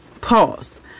pause